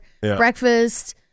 breakfast